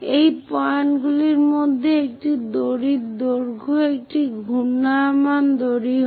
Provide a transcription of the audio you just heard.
এই পয়েন্টগুলির মাধ্যমে এই দড়ির দৈর্ঘ্য একটি ঘূর্ণায়মান দড়ি হয়